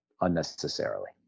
unnecessarily